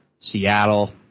Seattle